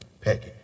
Peggy